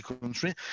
country